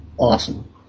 Awesome